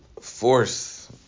force